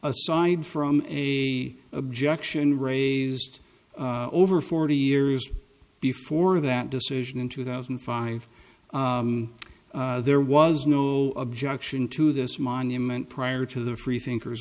aside from a objection raised over forty years before that decision in two thousand and five there was no objection to this monument prior to the freethinkers